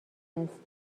است